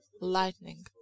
lightning